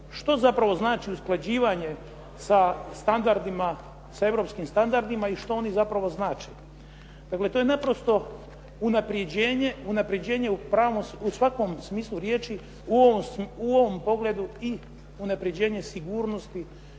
Što zapravo znači usklađivanje sa europskim standardima i što oni zapravo znače. Dakle, to je naprosto unaprjeđenje u svakom smislu riječi, u ovom pogledu i unaprjeđenje sigurnosti,